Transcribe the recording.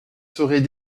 serait